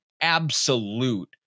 absolute